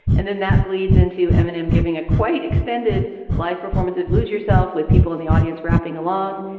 and then that bleeds into eminem, giving a quite extended life performance of lose yourself with people in the audience rapping along.